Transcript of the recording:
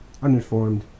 Uninformed